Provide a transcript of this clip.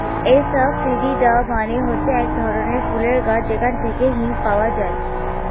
asafoetida মানে হচ্ছে এক ধরনের ফুলের গাছ যেখান থেকে হিং পাওয়া যায়